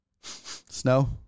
snow